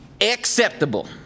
acceptable